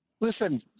Listen